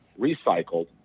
recycled